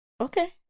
Okay